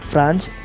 France